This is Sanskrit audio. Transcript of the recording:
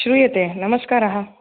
श्रूयते नमस्कारः